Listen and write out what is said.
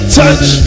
touch